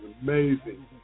amazing